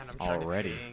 already